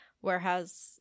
Whereas